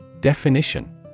Definition